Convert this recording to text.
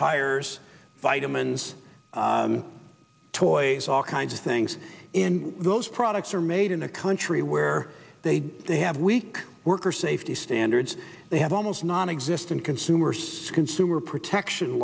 tires vitamins toys all kinds of things in those products are made in a country where they they have weak worker safety standards they have almost nonexistent consumer skin super protection